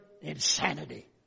insanity